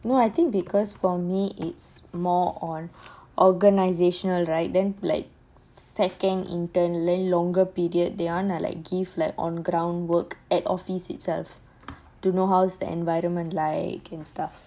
no I think because for me it's more on organisational right then like second intern then longer period they want to give like on ground work at office itself to know how's the environment like and stuff